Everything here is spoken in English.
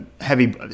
heavy